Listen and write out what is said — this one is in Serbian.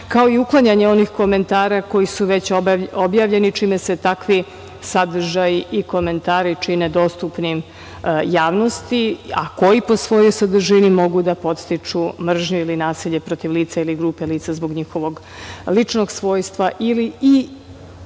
kao i uklanjanje onih komentara koji su već objavljeni, čime se takvi sadržaji i komentari čine dostupnim javnosti, a koji po svojoj sadržini mogu da podstiču mržnju ili nasilje protiv lica ili grupe lica zbog njihovog ličnog svojstva ili